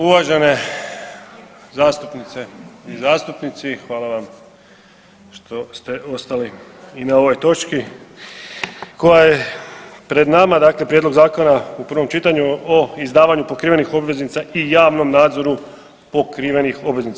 Uvažene zastupnice i zastupnici, hvala vam što ste ostali i na ovoj točci koja je pred nama, dakle Prijedlog zakona u prvom čitanju o izdavanju pokrivenih obveznica i javnom nadzoru pokrivenih obveznica.